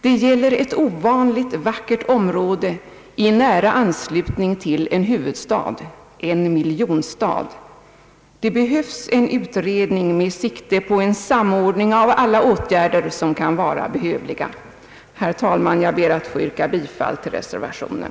Det gäller ett ovanligt vac kert område i nära anslutning till en huvudstad, en miljonstad. Det behövs en utredning med sikte på en samordning av alla åtgärder som kan vara behövliga. Herr talman! Jag ber att få yrka bifall till reservationen.